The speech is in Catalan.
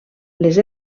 les